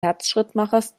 herzschrittmachers